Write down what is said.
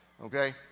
Okay